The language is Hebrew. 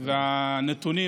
ואת הנתונים,